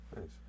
nice